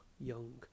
young